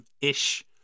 ish